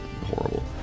horrible